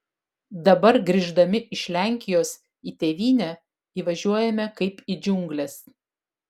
dabar grįždami iš lenkijos į tėvynę įvažiuojame kaip į džiungles